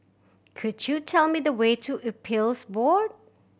could you tell me the way to Appeals Board